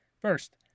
First